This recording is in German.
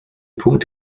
punkt